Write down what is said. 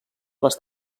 les